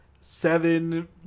seven